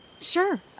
Sure